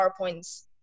PowerPoints